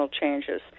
changes